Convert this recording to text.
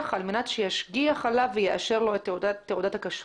על מנת שישגיח עליו ויאשר לו את תעודת הכשרות.